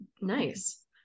Nice